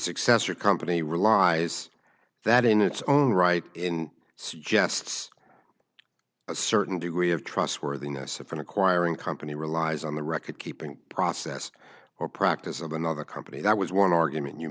success your company relies that in its own right in suggests a certain degree of trustworthiness of from acquiring company relies on the record keeping process or practice of another company that was one argument you